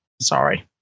sorry